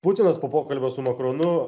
putinas po pokalbio su makronu